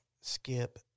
skip